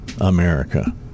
America